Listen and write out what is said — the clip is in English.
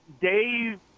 Dave